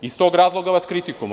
Iz tog razloga vas kritikujemo.